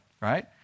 right